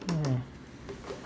mm